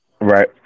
Right